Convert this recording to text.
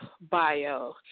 bio